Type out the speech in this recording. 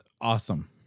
awesome